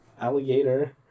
alligator